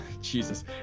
Jesus